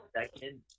second